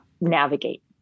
navigate